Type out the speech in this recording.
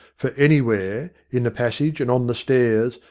for anywhere, in the passage and on the stairs,